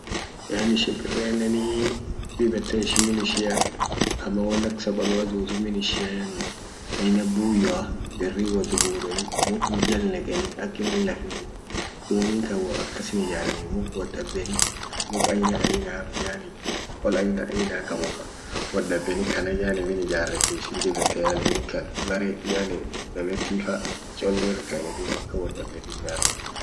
Yani shimpireneni dib yette ishin min ishia ama won ak sapalua tuutu min ishia yani aina buyyoa birri wot gurani muk jal neqanii akinin lafin bun dum min kan woakasin ijaranii mu wot dabbani muk aina aina yani qol aina aina ka muka wot dabbani kanan yani min ijaretti ishin dib yette yani min kan bere yani dametti fa cholle irr kayanii duub akan wot dabbani ijaretti.